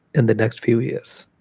in the next few years.